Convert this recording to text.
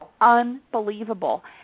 unbelievable